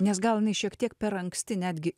nes gal jinai šiek tiek per anksti netgi